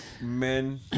men